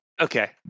Okay